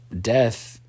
death